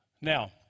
Now